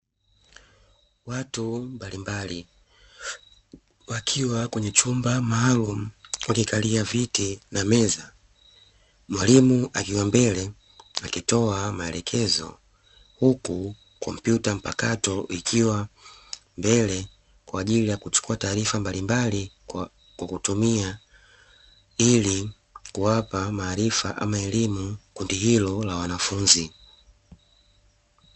Watu mbalimbali wakiwa kwenye chumba maalumu wakikalia viti na meza mwalimu akiwa mbele akitoa maelekezo, huku kompyuta mpakato ikiwa mbele kwa ajili ya kuchukua taarifa mbalimbali, kwa kutumia ili kuwapa maarifa ama elimu kundi hilo la wanafunzi.